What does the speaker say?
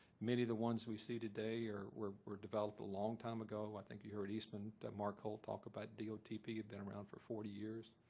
many of the ones we see today were were developed a long time ago. i think you heard eastman mark holt talk about dotp had been around for forty years.